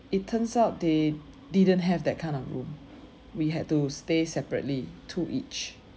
it turns out they didn't have that kind of room we had to stay separately two each